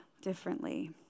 differently